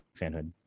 fanhood